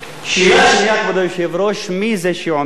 מי זה שעומד בראש הוועדה הזאת?